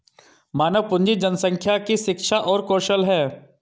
मानव पूंजी जनसंख्या की शिक्षा और कौशल है